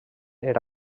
era